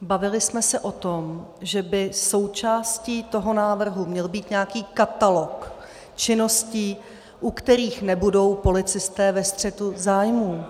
Bavili jsme se o tom, že by součástí toho návrhu měl být nějaký katalog činností, u kterých nebudou policisté ve střetu zájmů.